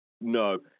No